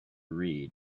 read